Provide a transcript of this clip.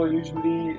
usually